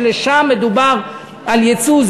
ומדובר על יצוא לשם,